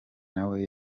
nawe